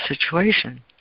situation